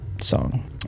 song